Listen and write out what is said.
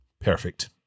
Perfect